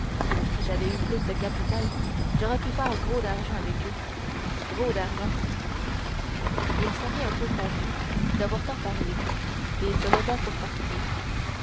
si j'avais eu plus de capital j'aurais pu faire gros d'argent avec eux gros d'argent il semblait un peu confus d'avoir tant parlé et se leva pour partir